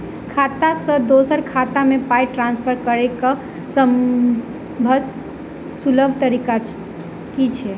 खाता सँ दोसर खाता मे पाई ट्रान्सफर करैक सभसँ सुलभ तरीका की छी?